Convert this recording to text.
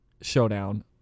showdown